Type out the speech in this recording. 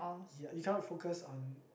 ya you cannot focus on